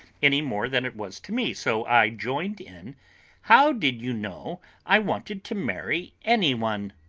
any more than it was to me, so i joined in how did you know i wanted to marry any one?